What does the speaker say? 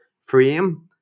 frame